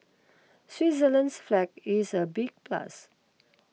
Switzerland's flag is a big plus